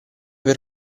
per